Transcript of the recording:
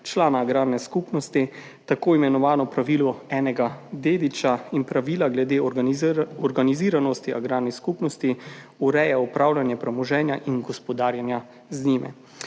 člana agrarne skupnosti, tako imenovano pravilo enega dediča in pravila glede organiziranosti agrarnih skupnosti, ureja upravljanje premoženja in gospodarjenja z njim.